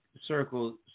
circle